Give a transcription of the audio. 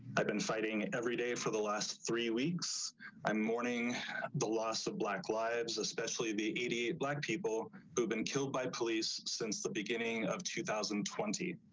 i've been fighting every day for the last three weeks i'm mourning the loss of black lives, especially the black people who've been killed by police, since the beginning of two thousand and twenty